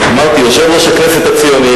אמרתי "יושב-ראש הכנסת הציונית".